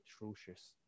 atrocious